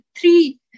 three